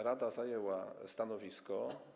Rada zajęła stanowisko.